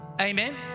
Amen